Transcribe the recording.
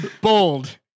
Bold